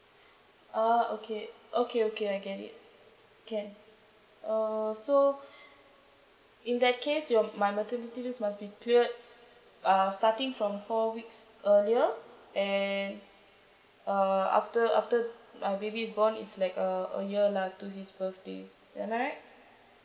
ah okay okay okay I get it can uh so in that case your my maternity leave must be cleared uh starting from four weeks earlier and uh after after my baby is born it's like uh a year lah to his birthday am I right